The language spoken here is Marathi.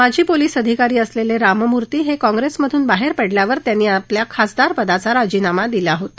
माजी पोलिस अधिकारी असलेले राममूर्ती हे काँप्रेसमधून बाहेर पडल्यावर त्यांनी आपल्या खासदारपदाचा राजीनामा दिला होता